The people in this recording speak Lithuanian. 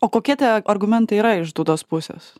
o kokie tie argumentai yra iš dudos pusės